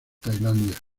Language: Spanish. tailandia